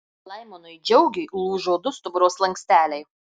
laimonui džiaugiui lūžo du stuburo slanksteliai